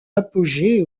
apogée